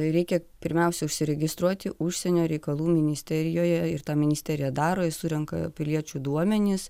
reikia pirmiausia užsiregistruoti užsienio reikalų ministerijoje ir tą ministerija daro ji surenka piliečių duomenis